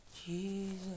Jesus